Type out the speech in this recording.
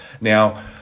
Now